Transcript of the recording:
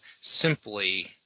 simply